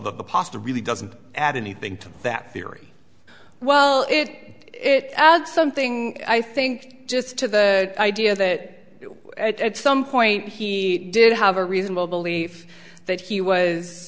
the pasta really doesn't add anything to that theory well it it adds something i think just to the idea that at some point he did have a reasonable belief that he was